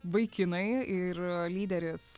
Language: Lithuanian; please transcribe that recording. vaikinai ir lyderis